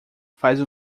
faz